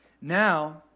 now